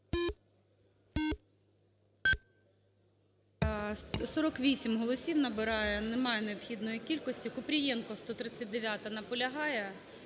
48 голосів набирає. Немає необхідної кількості. Купрієнко, 139-а. Наполягає?